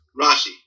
Rashi